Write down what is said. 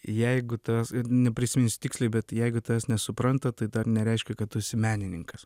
jeigu tas neprisiminsiu tiksliai bet jeigu tavęs nesupranta tai dar nereiškia kad tu esi menininkas